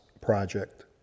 Project